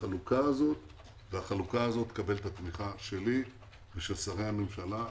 החלוקה השאת והחלוקה הזאת תקבל את התמיכה שלי ושל שרי הממשלה.